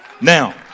Now